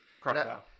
crocodile